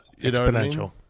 exponential